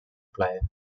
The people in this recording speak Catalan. plaer